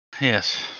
Yes